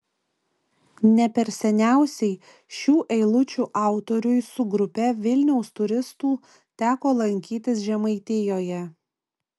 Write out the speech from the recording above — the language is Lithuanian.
ne per seniausiai šių eilučių autoriui su grupe vilniaus turistų teko lankytis žemaitijoje